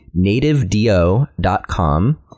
nativedo.com